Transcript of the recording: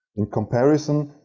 in comparison,